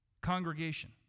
congregation